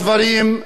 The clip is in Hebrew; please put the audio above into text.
ולדוגמה,